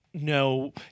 No